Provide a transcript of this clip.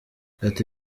ati